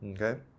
Okay